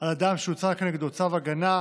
על אדם שהוצא כנגדו צו הגנה),